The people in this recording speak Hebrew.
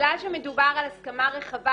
בגלל שמדובר על הסכמה רחבה,